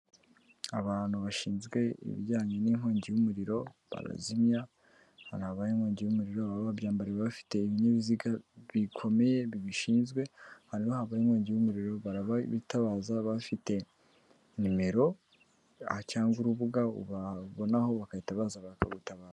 Abantu bashinzwe ibijyanye n'inkongi y'umuriro barazimya, ahantu habaye inkongi y'umuriro, baba babyambariye bafite ibinyabiziga bikomeye bibishinzwe, ahantu rero habaye inkongi y'umuriro barabitabaza, bafite nimero cyangwa urubuga wababonaho bagahita baza bakagutabara.